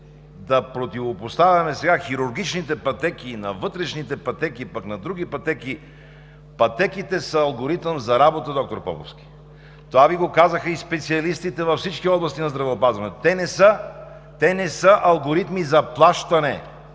да противопоставяме сега хирургичните пътеки на вътрешните, пък на други пътеки… Пътеките са алгоритъм за работа, доктор Поповски. Това Ви го казаха и специалистите във всички области на здравеопазването – те не са алгоритми за плащане.